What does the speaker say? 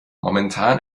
momentan